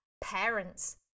parents